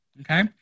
Okay